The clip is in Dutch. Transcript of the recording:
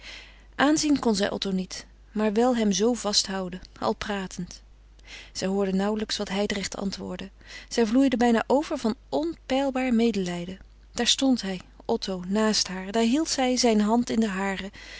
aanzien kon zij otto niet maar wel hem zoo vasthouden al pratend zij hoorde nauwelijks wat hijdrecht antwoordde zij vloeide bijna over van onpeilbaar medelijden daar stond hij otto naast haar daar hield zij zijne hand in de hare